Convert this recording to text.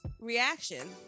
reaction